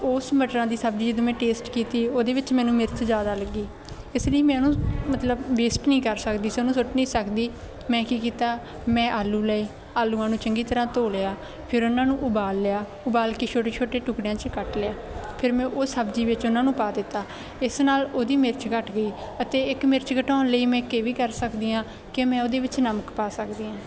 ਉਸ ਮਟਰਾਂ ਦੀ ਸਬਜ਼ੀ ਜਦੋਂ ਮੈਂ ਟੇਸਟ ਕੀਤੀ ਉਹਦੇ ਵਿੱਚ ਮੈਨੂੰ ਮਿਰਚ ਜ਼ਿਆਦਾ ਲੱਗੀ ਇਸ ਲਈ ਮੈਂ ਉਹਨੂੰ ਮਤਲਬ ਵੇਸਟ ਨਹੀਂ ਕਰ ਸਕਦੀ ਸੀ ਉਹਨੂੰ ਸੁੱਟ ਨਹੀਂ ਸਕਦੀ ਮੈਂ ਕੀ ਕੀਤਾ ਮੈਂ ਆਲੂ ਲਏ ਆਲੂਆਂ ਨੂੰ ਚੰਗੀ ਤਰ੍ਹਾਂ ਧੋ ਲਿਆ ਫਿਰ ਉਹਨਾਂ ਨੂੰ ਉਬਾਲ ਲਿਆ ਉਬਾਲ ਕੇ ਛੋਟੇ ਛੋਟੇ ਟੁਕੜਿਆਂ 'ਚ ਕੱਟ ਲਿਆ ਫਿਰ ਮੈਂ ਉਹ ਸਬਜ਼ੀ ਵਿੱਚ ਉਹਨਾਂ ਨੂੰ ਪਾ ਦਿੱਤਾ ਇਸ ਨਾਲ ਉਹਦੀ ਮਿਰਚ ਘੱਟ ਗਈ ਅਤੇ ਇੱਕ ਮਿਰਚ ਘਟਾਉਣ ਲਈ ਮੈਂ ਇੱਕ ਇਹ ਵੀ ਕਰ ਸਕਦੀ ਹਾਂ ਕਿ ਮੈਂ ਉਹਦੇ ਵਿੱਚ ਨਮਕ ਪਾ ਸਕਦੀ ਹਾਂ